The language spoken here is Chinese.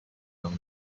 当中